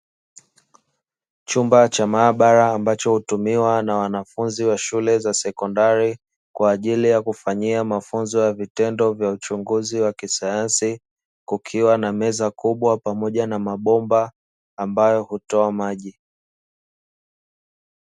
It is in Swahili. Chumba cha maabara ambacho hutumiwa na wanafunzi wa shule za sekondari kwa ajili ya kufanyia mafunzo ya vitendo vya uchunguzi wa kisayansi, kukiwa na meza kubwa pamoja na mabomba ambayo hutoa maji.